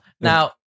Now